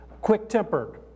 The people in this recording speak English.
quick-tempered